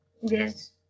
Yes